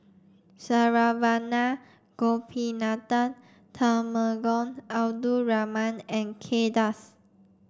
Saravanan Gopinathan Temenggong Abdul Rahman and Kay Das